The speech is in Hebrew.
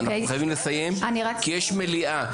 אנחנו חייבים לסיים, כי יש מליאה.